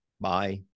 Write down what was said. Bye